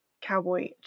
cowboy